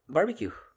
Barbecue